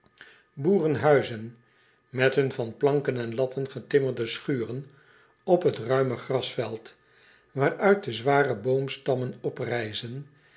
boerenhuizen met hun van planken en latten getimmerde schuren op het ruime grasveld waaruit de zware boomstammen